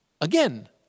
Again